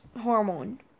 hormone